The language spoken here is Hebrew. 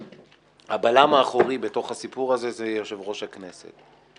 הבלם האחורי בתוך הסיפור הזה, זה יושב-ראש הכנסת.